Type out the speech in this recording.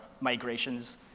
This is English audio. migrations